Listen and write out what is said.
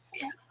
Yes